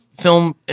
film